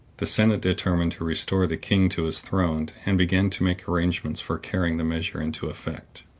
the senate determined to restore the king to his throne, and began to make arrangements for carrying the measure into effect.